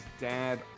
dad